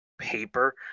paper